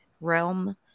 realm